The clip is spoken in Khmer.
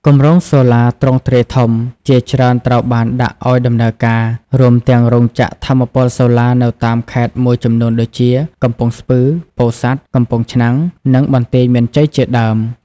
គម្រោងសូឡាទ្រង់ទ្រាយធំជាច្រើនត្រូវបានដាក់ឱ្យដំណើរការ រួមទាំងរោងចក្រថាមពលសូឡានៅតាមខេត្តមួយចំនួនដូចជា កំពង់ស្ពឺ ពោធិ៍សាត់ កំពង់ឆ្នាំង និងបន្ទាយមានជ័យជាដើម។